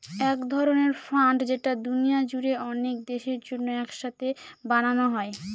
এক ধরনের ফান্ড যেটা দুনিয়া জুড়ে অনেক দেশের জন্য এক সাথে বানানো হয়